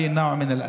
יריות.